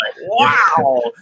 wow